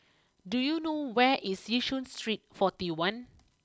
do you know where is Yishun Street forty one